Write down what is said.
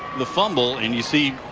the fumble. and you see